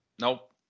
Nope